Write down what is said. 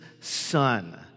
son